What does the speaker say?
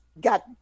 got